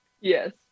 Yes